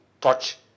touch